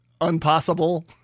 Unpossible